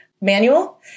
manual